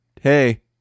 hey